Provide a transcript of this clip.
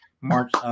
March